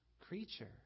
creature